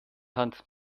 hand